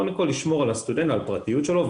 קודם כל, לשמור על הסטודנט, על הפרטיות שלו.